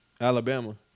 Alabama